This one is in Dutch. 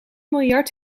miljard